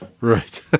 Right